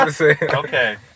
Okay